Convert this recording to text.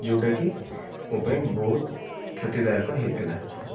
ଯେଉଁଟା କି ମୋ ପାଇଁ ବହୁତ କ୍ଷତିଦାୟକ ହେଇଥିଲା